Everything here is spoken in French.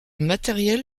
matériel